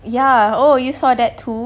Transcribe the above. ya oh you saw that too